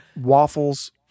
waffles